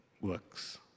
works